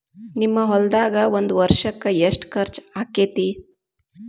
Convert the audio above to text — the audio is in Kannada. ನಿಮ್ಮ ಹೊಲ್ದಾಗ ಒಂದ್ ವರ್ಷಕ್ಕ ಎಷ್ಟ ಖರ್ಚ್ ಆಕ್ಕೆತಿ?